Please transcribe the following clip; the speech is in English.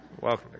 welcome